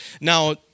Now